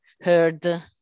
heard